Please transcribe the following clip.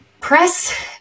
press